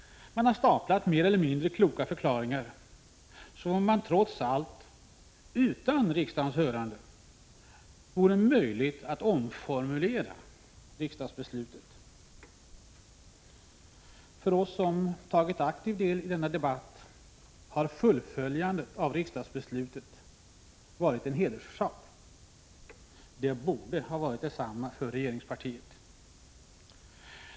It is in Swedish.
Man har staplat upp mer eller mindre kloka förklaringar, som om det trots allt, utan riksdagens hörande, vore möjligt att omformulera riksdagsbeslutet. För oss som har tagit aktiv del i denna debatt har fullföljandet av riksdagsbeslutet varit en hederssak. Det borde ha varit detsamma för regeringspartiet.